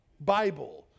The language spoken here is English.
bible